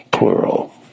plural